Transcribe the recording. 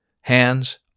Hands